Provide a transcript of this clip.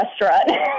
restaurant